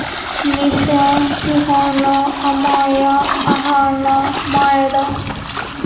Nisha Shabana Amaya Ahana Maira